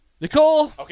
Nicole